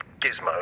gizmo